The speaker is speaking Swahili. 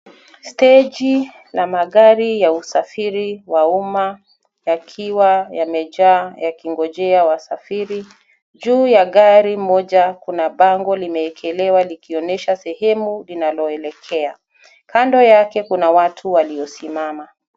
Steji la magari ya usafiri wa umma yakiwa yamejaa yakingojea wasafiri. Juu ya gari moja kuna bango limeekelewa likionyesha sehemu linaloelekea. Kando yake kuna watu waliosimama.